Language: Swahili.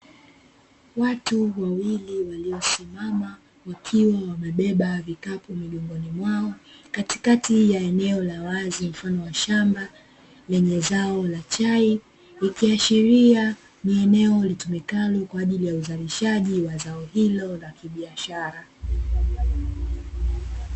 Watu wawili waliosimama wakiwa wamebeba vikapu migongoni mwao, katikati ya eneo la wazi mfano wa shamba lenye zao la chai, ikiashiria ni eneo litumikalo kwa ajili ya uzalishaji wa zao hilo la kibiashara.